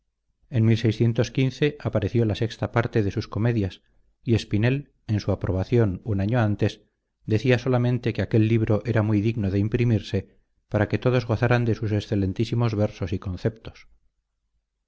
vega en apareció la sexta parte de sus comedias y espinel en su aprobación un año antes decía solamente que aquel libro era muy digno de imprimirse para que todos gozaran de sus excelentísimos versos y conceptos